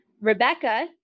Rebecca